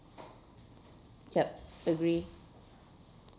yup agree